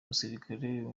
musirikare